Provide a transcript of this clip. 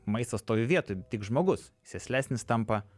maistas stovi vietoj tik žmogus sėslesnis tampa